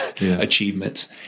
achievements